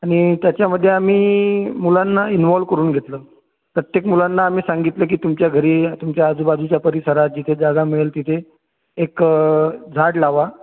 आणि त्याच्यामध्ये आम्ही मुलांना इन्व्हॉल्व करून घेतलं प्रत्येक मुलांना आम्ही सांगितलं कि तुमच्या घरी तुमच्या आजूबाजूचा परिसरात जी काय जागा मिळेल तिथे एक अ झाड लावा